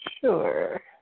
sure